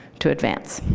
to advance.